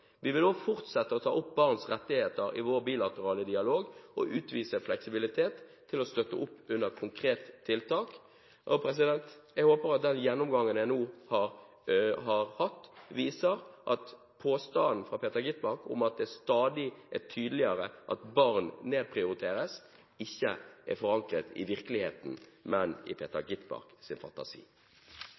Vi vil også fortsette å ta opp barns rettigheter i vår bilaterale dialog og utvise fleksibilitet til å støtte opp under konkrete tiltak. Jeg håper at den gjennomgangen jeg nå har hatt, viser at påstanden fra Peter Skovholt Gitmark om at det stadig er tydeligere at barn nedprioriteres, ikke er forankret i virkeligheten, men i Peter Skovholt Gitmarks fantasi.